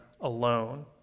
alone